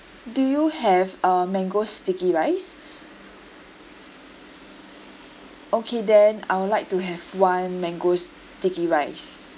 do you have a mango sticky rice okay then I would like to have one mango sticky rice